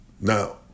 Now